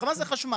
מה זה חשמל?